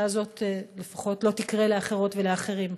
הזאת לפחות לא תקרה לאחרות ולאחרים.